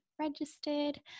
registered